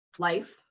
life